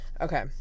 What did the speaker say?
okay